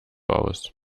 aus